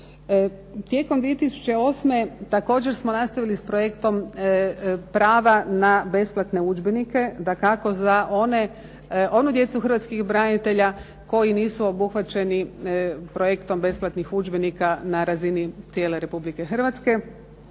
Tijekom 2008. također smo nastavili s projektom prava na besplatne udžbenike, dakako za onu djecu hrvatskih branitelja koji nisu obuhvaćeni projektom besplatnih udžbenika na razini cijele Republike Hrvatske